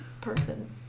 person